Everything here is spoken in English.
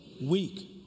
Weak